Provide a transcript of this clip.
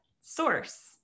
source